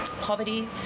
poverty